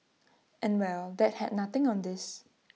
and well that had nothing on this